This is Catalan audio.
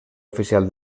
oficial